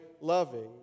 loving